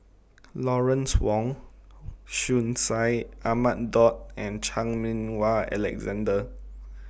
Lawrence Wong Shyun Tsai Ahmad Daud and Chan Meng Wah Alexander